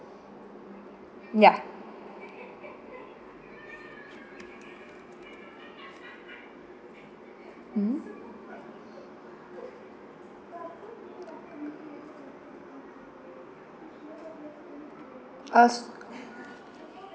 ya mmhmm us